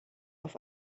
auf